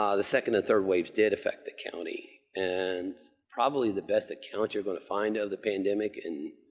um the second and third waves did affect the county and probably the best account you're going to find of the pandemic in